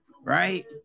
right